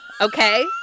okay